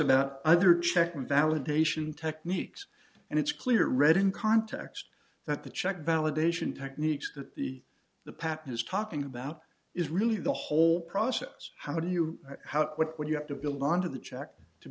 about other check and validation techniques and it's clear to read in context that the check validation techniques that the the pap is talking about is really the whole process how do you how it what you have to build onto the check to